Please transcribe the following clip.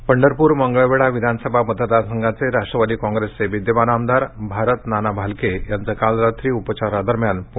भालके पंढरपूर मंगळवेढा विधानसभा मंतदार संघाचे राष्टवादी काँग्रेसचे विद्यमान आमदार भारत नाना भालके याचं काल रात्री उपचारादरम्यान पुण्यात निधन झालं